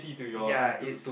ya it's